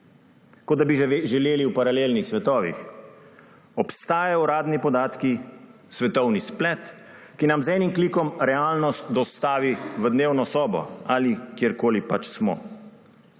Kot da bi živeli v paralelnih svetovih. Obstajajo uradni podatki, svetovni splet, ki nam z enim klikom realnost dostavi v dnevno sobo ali kjerkoli pač smo.